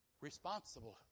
responsible